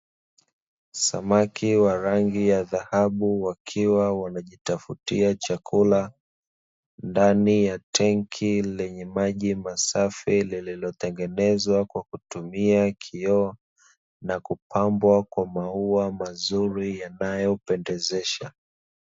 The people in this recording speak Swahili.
Samaki wa rangi ya dhahabu, wakiwa wanajitafutia chakula ndani ya tenki lenye maji masafi, lililotengezwa kwa kutumia kioo na kupambwa kwa maua mazuri yanayopendezesha.